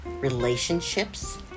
relationships